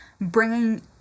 bringing